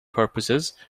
purposes